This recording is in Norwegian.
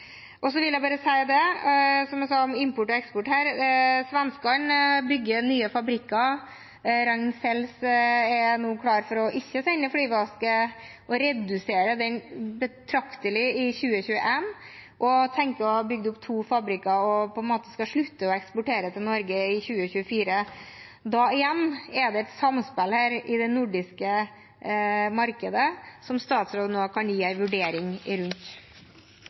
vil bare si, som jeg sa om import og eksport, at svenskene bygger nye fabrikker. Ragn-Sells er nå klar for ikke å sende flyveaske og redusere den betraktelig i 2021, og tenker å ha bygd opp to fabrikker og på en måte å slutte å eksportere til Norge i 2024. Da igjen: Er det et samspill her i det nordiske markedet som statsråden kan gi en vurdering